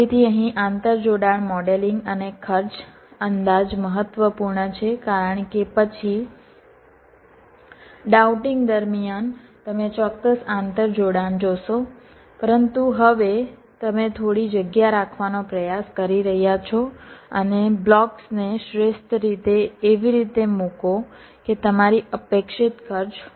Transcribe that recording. તેથી અહીં આંતરજોડાણ મોડેલિંગ અને ખર્ચ અંદાજ મહત્વપૂર્ણ છે કારણ કે પછી ડાઉટિંગ દરમિયાન તમે ચોક્કસ આંતરજોડાણ જોશો પરંતુ હવે તમે થોડી જગ્યા રાખવાનો પ્રયાસ કરી રહ્યાં છો અને બ્લોક્સને શ્રેષ્ઠ રીતે એવી રીતે મૂકો કે તમારી અપેક્ષિત ખર્ચ ઓછો થાય